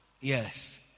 Yes